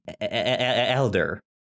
elder